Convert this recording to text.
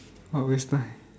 what waste time